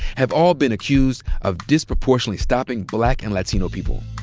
have all been accused of disproportionately stopping black and latino people.